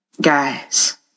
Guys